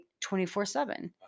24-7